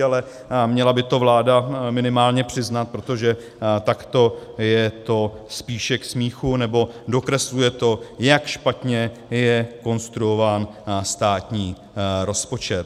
Ale měla by to vláda minimálně přiznat, protože takto je to spíše k smíchu, nebo dokresluje to, jak špatně je konstruován státní rozpočet.